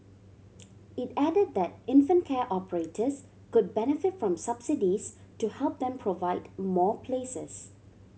it added that infant care operators could benefit from subsidies to help them provide more places